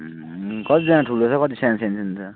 कतिजाना ठुलो छ कति सानो सानो छ